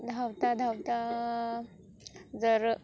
धावता धावता जर